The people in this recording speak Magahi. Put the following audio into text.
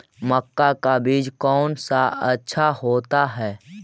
मक्का का बीज कौन सा अच्छा होता है?